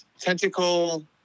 Tentacle